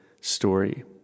story